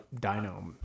dino